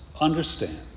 understand